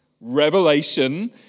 Revelation